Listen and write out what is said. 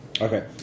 Okay